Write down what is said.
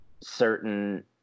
certain